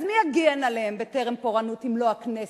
אז מי יגן עליהם בטרם פורענות אם לא הכנסת,